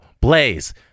Blaze